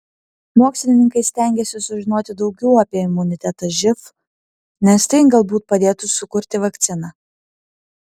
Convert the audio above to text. mokslininkai stengiasi sužinoti daugiau apie imunitetą živ nes tai galbūt padėtų sukurti vakciną